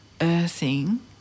earthing